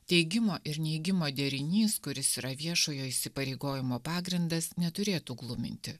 teigimo ir neigimo derinys kuris yra viešojo įsipareigojimo pagrindas neturėtų gluminti